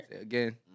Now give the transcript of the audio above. Again